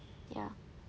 ya